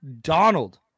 Donald